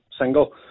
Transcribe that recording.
single